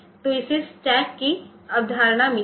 तो इसे स्टैक की अवधारणा मिली है